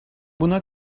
buna